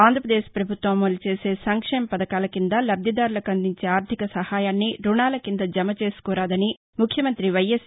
ఆంధ్రాపదేశ్ పభుత్వం అమలు చేసే సంక్షేమ పధకాల కింద లబ్లిదారులకు అందించే ఆర్గిక సహాయాన్ని రుణాల కింద జమ చేసుకోరాదని ముఖ్యమంతి వైఎస్